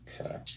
Okay